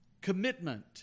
commitment